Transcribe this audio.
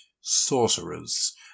sorcerers